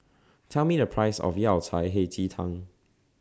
Tell Me The Price of Yao Cai Hei Ji Tang